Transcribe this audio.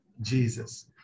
Jesus